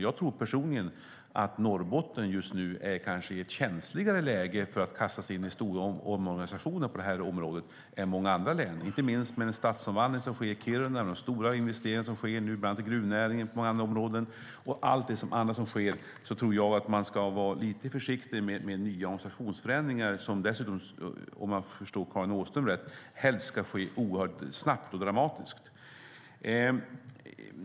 Jag tror personligen att Norrbotten just nu är i ett känsligare läge än många andra län när det gäller att kasta sig in i stora omorganisationer på det här området. Inte minst med den stadsomvandling som sker i Kiruna och de stora investeringar som görs bland annat i gruvnäringen och på många andra områden tror jag att man ska vara lite försiktig med nya organisationsförändringar - som dessutom, om jag förstår Karin Åström rätt, helst ska ske oerhört snabbt och dramatiskt.